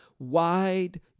wide